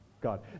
God